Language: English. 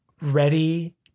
ready